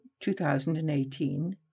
2018